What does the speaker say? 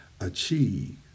achieve